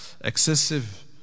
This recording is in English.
excessive